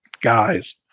guys